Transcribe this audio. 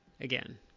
Again